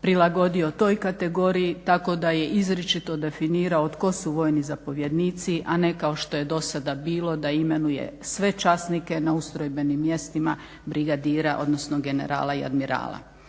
prilagodio toj kategoriji tako da je izričito definirao tko su vojni zapovjednici, a ne kao što je do sada bilo da imenuje sve časnike na ustrojbenim mjestima brigadira odnosno generala i admirala.